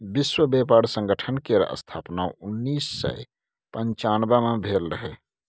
विश्व बेपार संगठन केर स्थापन उन्नैस सय पनचानबे मे भेल रहय